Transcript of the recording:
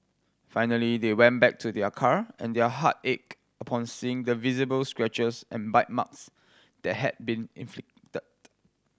finally they went back to their car and their heart ached upon seeing the visible scratches and bite marks that had been